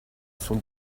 son